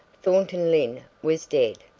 thornton lyne was dead!